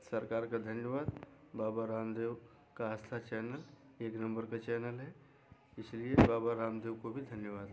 सरकार का धन्यवाद बाब रामदेव का आस्था चैनल एक नंबर का चैनल है इसलिए बाबा रामदेव को भी धन्यवाद